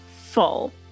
full